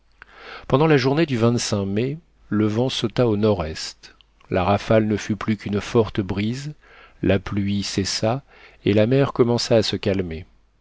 pendant la journée du mai le vent sauta au nord-est la rafale ne fut plus qu'une forte brise la pluie cessa et la mer commença à se calmer